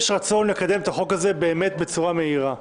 יש רצון לקדם את החוק הזה באמת בצורה מהירה.